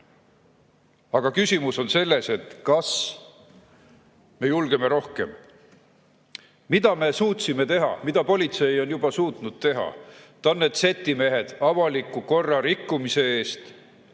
Aga küsimus on selles, kas me julgeme rohkem. Mida me suutsime teha? Mida politsei on juba suutnud teha? Ta on need Z-i mehed avaliku korra rikkumise eest